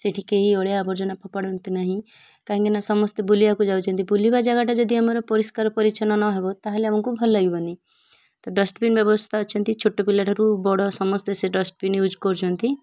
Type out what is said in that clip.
ସେଇଠି କେହି ଅଳିଆ ଆବର୍ଜନା ଫୋପାଡ଼ନ୍ତି ନାହିଁ କାହିଁକିନା ସମସ୍ତେ ବୁଲିବାକୁ ଯାଉଛନ୍ତି ବୁଲିବା ଜାଗାଟା ଯଦି ଆମର ପରିଷ୍କାର ପରିଚ୍ଛନ୍ନ ନହବ ତା'ହେଲେ ଆମକୁ ଭଲ ଲାଗିବନି ତ ଡଷ୍ଟ୍ବିନ୍ ବ୍ୟବସ୍ଥା ଅଛନ୍ତି ଛୋଟ ପିଲାଠାରୁ ବଡ଼ ସମସ୍ତେ ସେ ଡଷ୍ଟ୍ବିନ୍ ୟୁଜ୍ କରୁଛନ୍ତି